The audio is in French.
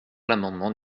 l’amendement